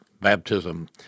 baptism